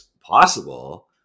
possible